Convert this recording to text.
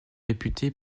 réputé